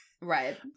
right